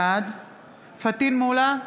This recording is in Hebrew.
בעד פטין מולא,